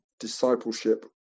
Discipleship